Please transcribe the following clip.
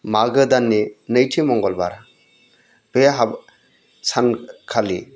मागो दाननि नैथि मंगलबार बे सानखालि